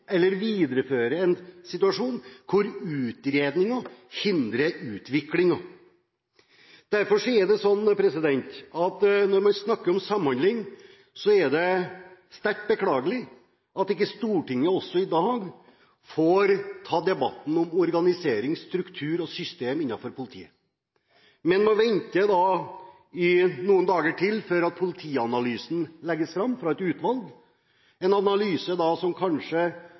eller siden ta en avgjørelse. Vi må ikke komme i, eller videreføre, en situasjon hvor utredningen hindrer utviklingen. Når man snakker om samhandling, er det derfor sterkt beklagelig at ikke Stortinget i dag også får tatt debatten om organisering, struktur og system innenfor politiet, men må vente noen dager til før politianalysen legges fram av et utvalg – en analyse som kanskje